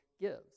gives